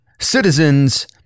Citizens